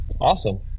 Awesome